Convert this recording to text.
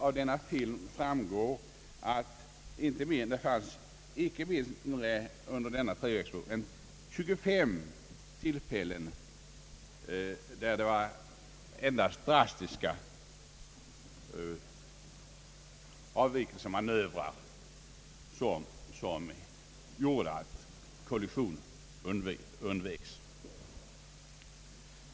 Av denna film framgick att det under denna period vid inte mindre än 25 tillfällen var endast drastiska avvikelsemanövrer som medförde att kollisioner undveks.